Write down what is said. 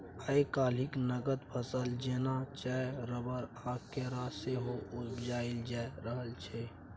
आइ काल्हि नगद फसल जेना चाय, रबर आ केरा सेहो उपजाएल जा रहल छै